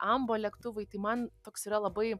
ambo lėktuvai tai man toks yra labai